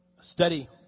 study